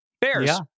Bears